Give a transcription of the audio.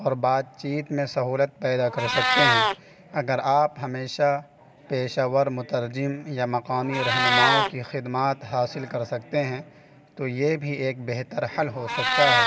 اور بات چیت میں سہولت پیدا کر سکتے ہیں اگر آپ ہمیشہ پیشہ ور مترجم یا مقامی رہنماؤں کی خدمات حاصل کر سکتے ہیں تو یہ بھی ایک بہتر حل ہو سکتا ہے